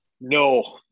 No